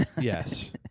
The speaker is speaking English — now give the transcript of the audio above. yes